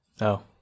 No